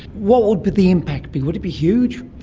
what would would the impact be? would it be huge?